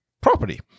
property